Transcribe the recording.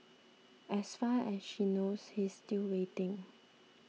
as far as she knows he's still waiting